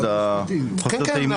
כן כן,